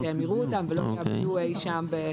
שהם יראו אותן ולא יאבדו אי שם.